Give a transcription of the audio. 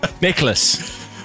Nicholas